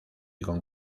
con